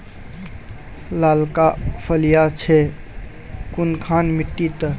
लालका फलिया छै कुनखान मिट्टी त?